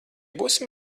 būsim